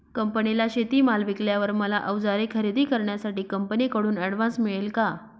कंपनीला शेतीमाल विकल्यावर मला औजारे खरेदी करण्यासाठी कंपनीकडून ऍडव्हान्स मिळेल का?